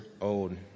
old